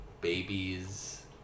babies